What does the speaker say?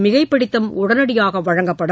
மிகைப்பிடித்தம் உடனடியாக வழங்கப்படும்